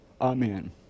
Amen